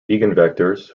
eigenvectors